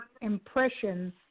impression